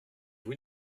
vous